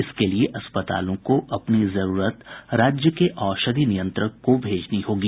इसके लिए अस्पतालों को अपनी जरूरत राज्य के औषधि नियंत्रक को भेजनी होगी